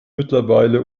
mittlerweile